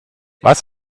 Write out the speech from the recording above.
was